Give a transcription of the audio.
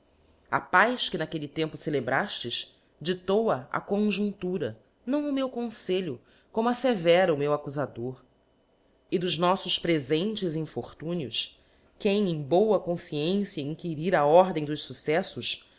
a paz que naquelle tempo celebraftes diílou a a conmclura não o meu confelho como aíievera o meu acufador e dos noffos prefentes infortúnios quem em oa confciencia inquirir a ordem dos fucceífos